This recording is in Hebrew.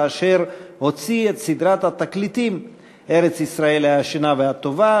כאשר הוציא את סדרת התקליטים "ארץ-ישראל הישנה והטובה",